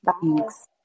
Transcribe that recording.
Thanks